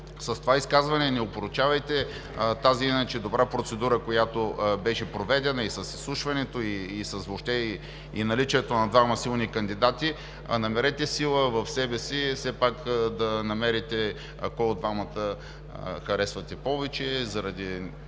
с това изказване не опорочавайте тази иначе добра процедура, която беше проведена и с изслушването, и въобще с наличието на двама силни кандидати, а намерете сила в себе си все пак кой от двамата харесвате повече, заради